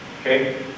Okay